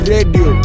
Radio